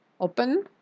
open